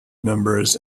members